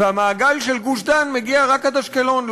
והמעגל של גוש-דן מגיע רק עד אשקלון,